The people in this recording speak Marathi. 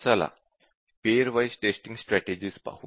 चला पेअर वाइज़ टेस्टिंग स्ट्रॅटेजिज पाहू